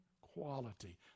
quality